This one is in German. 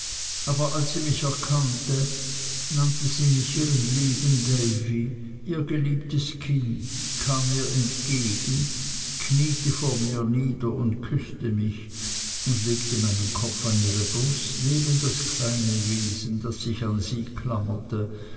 aber als sie mich erkannte nannte sie mich ihren lieben davy ihr geliebtes kind kam mir entgegen kniete vor mir nieder und küßte mich und legte meinen kopf an ihre brust neben das kleine wesen das sich an sie